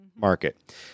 market